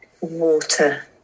water